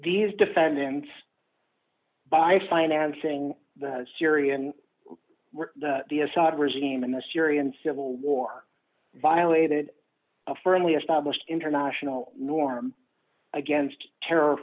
these defendants by financing the syrian the assad regime in the syrian civil war violated a firmly established international norm against terror